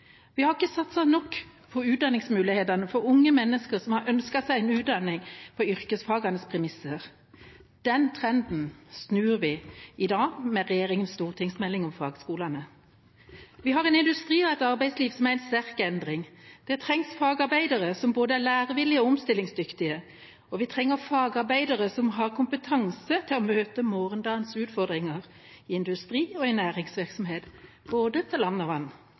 Vi har ikke satset nok på utdanningsmulighetene for unge mennesker som har ønsket seg en utdanning på yrkesfagenes premisser. Den trenden snur vi i dag med regjeringas stortingsmelding om fagskolene. Vi har en industri og et arbeidsliv som er i sterk endring. Da trengs fagarbeidere som både er lærevillige og omstillingsdyktige. Vi trenger fagarbeidere som har kompetanse til å møte morgendagens utfordringer i industri- og næringsvirksomhet både til